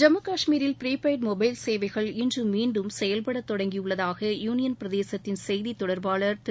ஜம்மு காஷ்மீரில் prepaid mobile சேவைகள் இன்று மீண்டும் செயல்பட தொடங்கியதாக யூனியன் பிரதேசத்தின் செய்தித் தொடர்பாளர் திரு